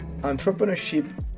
entrepreneurship